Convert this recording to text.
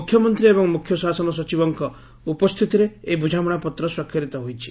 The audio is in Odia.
ମୁଖ୍ୟମନ୍ତୀ ଏବଂ ମୁଖ୍ୟ ଶାସନ ସଚିବଙ୍କ ଉପସ୍ଥିତିରେ ଏହି ବୁଝାମଣା ପତ୍ର ସ୍ୱାକ୍ଷରିତ ହୋଇଛି